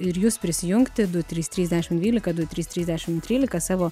ir jus prisijungti du trys trys dešimt dvylika du trys trys dešimt trylika savo